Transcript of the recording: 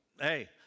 Hey